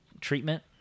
treatment